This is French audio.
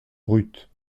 brute